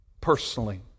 personally